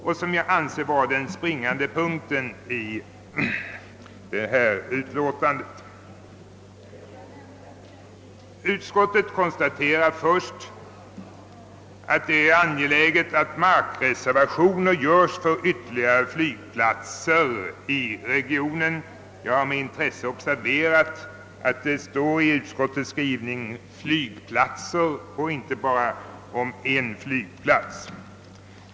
Jag anser att detta är den springande punkten i det föreliggande utlåtandet. Utskottet konstaterar att det är angeläget att markreservationer görs för ytterligare flygplatser i regionen — jag har med intresse observerat att det i utskottets skrivning står »flygplatser» och inte »en flygplats».